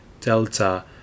delta